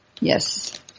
yes